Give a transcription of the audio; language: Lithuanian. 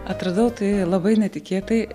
atradau tai labai netikėtai